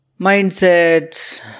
mindsets